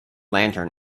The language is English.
lantern